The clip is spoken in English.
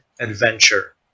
adventure